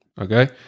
Okay